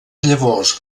llavors